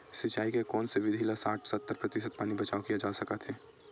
सिंचाई के कोन से विधि से साठ सत्तर प्रतिशत पानी बचाव किया जा सकत हे?